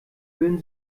würden